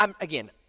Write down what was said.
again